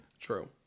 True